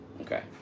Okay